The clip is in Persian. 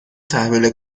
تحویل